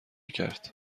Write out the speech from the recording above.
کرد